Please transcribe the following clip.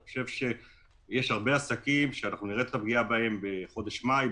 אני חושב שיש הרבה עסקים שנראה את הפגיעה בהם בחודש מאי,